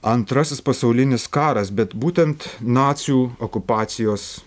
antrasis pasaulinis karas bet būtent nacių okupacijos